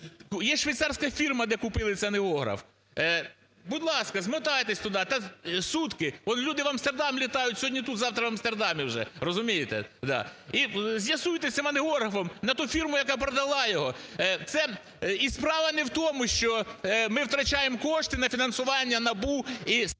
є швейцарська фірма, де купили цей ангіограф . Будь ласка, змотайтесь туда, там сутки. Он люди в Амстердам літаю, сьогодні тут, а завтра в Амстердамі уже. Розумієте, так. І з'ясуйте з цим ангіографом на ту фірму, яка продала його, це… і справа не в тому, що ми втрачаємо кошти на фінансування НАБУ